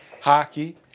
hockey